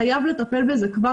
חייב לטפל בזה כבר,